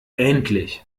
endlich